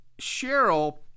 Cheryl